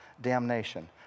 damnation